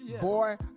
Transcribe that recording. Boy